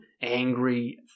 angry